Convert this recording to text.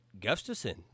Gustafson